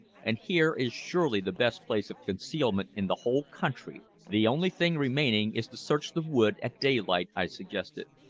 and here is surely the best place of concealment in the whole country. the only thing remaining is to search the wood at daylight, i suggested.